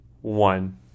one